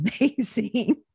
amazing